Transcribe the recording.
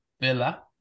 Villa